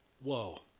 Whoa